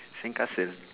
sandcastle